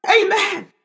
Amen